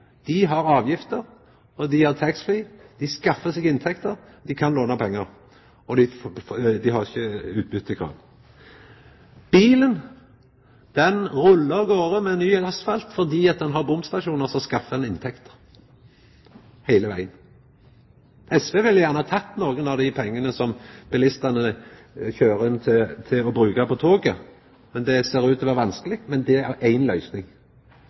dei har taxfree. Dei skaffar seg inntekter. Dei kan låna pengar, og dei har ikkje utbyttekrav. Bilen rullar av garde på ny asfalt, fordi det er bomstasjonar som skaffar inntekter heile vegen. SV ville gjerne ha brukt nokre av dei pengane som bilistane kjører inn, på toget, men det ser ut til å vera vanskeleg. Men det er éi løysing. Me kunne òg sjå for oss andre løysingar for å skaffa toget faste inntekter utover budsjett. Så eg meiner det er